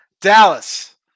Dallas